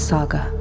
Saga